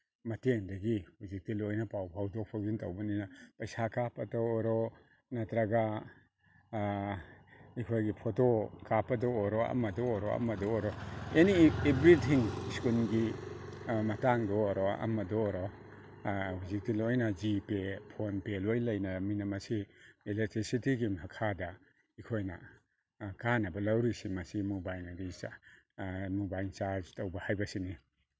ꯃꯇꯦꯡꯗꯒꯤ ꯍꯧꯖꯤꯛꯇꯤ ꯂꯣꯏꯅ ꯄꯥꯎ ꯐꯥꯎꯗꯣꯛ ꯐꯥꯎꯖꯤꯟ ꯇꯧꯕꯅꯤꯅ ꯄꯩꯁꯥ ꯀꯥꯞꯄꯗ ꯑꯣꯏꯔꯣ ꯅꯠꯇ꯭ꯔꯒ ꯑꯩꯈꯣꯏꯒꯤ ꯐꯣꯇꯣ ꯀꯥꯞꯄꯗ ꯑꯣꯏꯔꯣ ꯑꯃꯗ ꯑꯣꯏꯔꯣ ꯑꯃꯗ ꯑꯣꯏꯔꯣ ꯑꯦꯅꯤ ꯏꯕ꯭ꯔꯤꯊꯤꯡ ꯁ꯭ꯀꯨꯜꯒꯤ ꯃꯇꯥꯡꯗ ꯑꯣꯏꯔꯣ ꯑꯃꯗ ꯑꯣꯏꯔꯣ ꯍꯧꯖꯤꯛꯇꯤ ꯂꯣꯏꯅ ꯖꯤ ꯄꯦ ꯐꯣꯟꯄꯦ ꯂꯣꯏ ꯂꯩꯅꯔꯅꯤꯅ ꯃꯁꯤ ꯏꯂꯦꯛꯇ꯭ꯔꯤꯁꯤꯇꯤꯒꯤ ꯃꯈꯥꯗ ꯑꯩꯈꯣꯏꯅ ꯀꯥꯟꯅꯕ ꯂꯧꯔꯤꯁꯤ ꯃꯁꯤ ꯃꯣꯕꯥꯏꯜ ꯆꯥꯔꯖ ꯇꯧꯕ ꯍꯥꯏꯕꯁꯤꯅꯤ